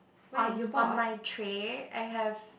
on on my tray I have